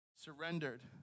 surrendered